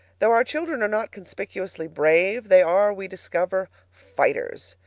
though our children are not conspicuously brave, they are, we discover, fighters.